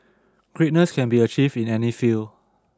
greatness can be achieved in any field